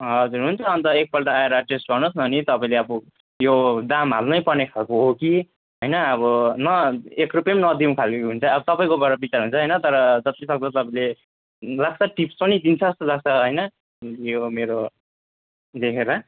हजुर हुन्छ अन्त एकपल्ट आएर टेस्ट गर्नुहोस् अनि तपाईँले अब यो दाम हाल्नैपर्ने खालको हो कि होइन अब न एक रुपियाँ पनि नदिऊँ खाले हुन्छ अब तपाईँकोबाट विचार हुन्छ होइन तर लास्टमा टिप्स पनि दिन्छ जस्तो लाग्छ होइन यो मेरो देखेर